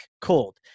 cold